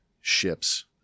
ships